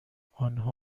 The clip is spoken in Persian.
آنها